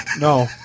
No